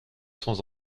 sans